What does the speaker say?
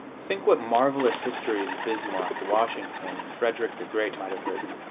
think what marvelous histories bismarck, washington and frederick the great might have written!